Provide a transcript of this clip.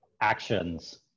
actions